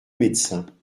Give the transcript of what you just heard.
médecin